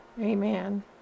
Amen